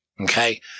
Okay